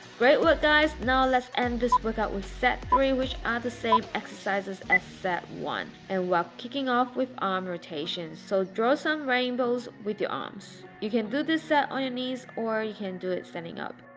great work guys! now let's end this workout with set three which ah the same exercises as set one. and we're kicking off with arm rotations. so draw some rainbows with your arms. you can do this set on your knees or you can do it standing up.